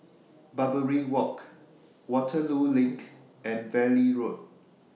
Barbary Walk Waterloo LINK and Valley Road